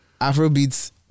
Afrobeats